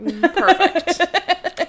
Perfect